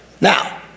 Now